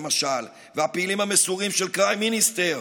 והפעילים המסורים של קריים מיניסטר,